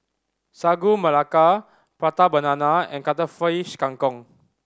Sagu Melaka Prata Banana and Cuttlefish Kang Kong